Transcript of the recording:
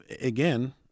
again